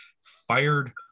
fired